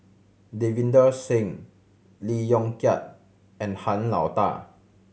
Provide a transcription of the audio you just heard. Davinder Singh Lee Yong Kiat and Han Lao Da